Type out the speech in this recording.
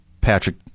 Patrick